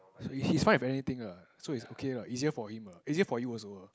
so he's fine with anything lah so is okay easier for him easier for you also lah